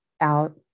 out